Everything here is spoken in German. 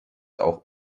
auch